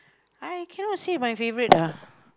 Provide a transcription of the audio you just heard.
I cannot say my favourite ah